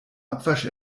abwasch